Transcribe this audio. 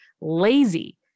lazy